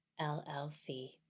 LLC